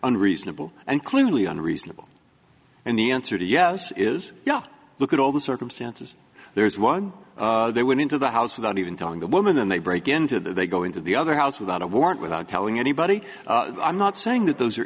unreasonable and clearly unreasonable and the answer to yes is you know look at all the circumstances there is one they went into the house without even telling the woman then they break into that they go into the other house without a warrant without telling anybody i'm not saying that those are